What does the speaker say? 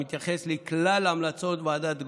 המתייחס לכלל המלצות ועדת גרוס,